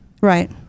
Right